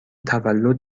تولد